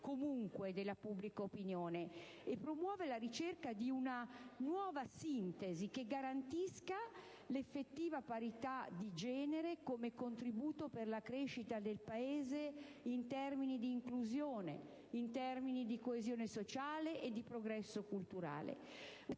crescita della pubblica opinione e promuova la ricerca di una nuova sintesi, che garantisca l'effettiva parità di genere come contributo per la crescita del Paese in termini di inclusione, coesione sociale e progresso culturale.